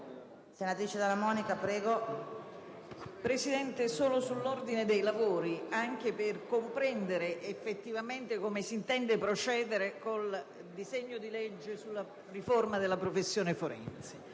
Presidente, intervengo sull'ordine dei lavori per comprendere effettivamente come si intenda procedere con l'esame del disegno di legge sulla riforma della professione forense.